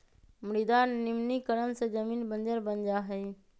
मृदा निम्नीकरण से जमीन बंजर बन जा हई